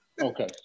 Okay